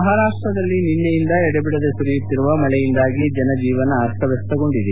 ಮಹಾರಾಷ್ಟ್ದಲ್ಲಿ ನಿನ್ನೆಯಿಂದ ಎಡೆಬಿಡದೆ ಸುರಿಯುತ್ತಿರುವ ಮಳೆಯಿಂದಾಗಿ ಜನಜೀವನ ಅಸ್ತವ್ಯಸ್ತಗೊಂಡಿದೆ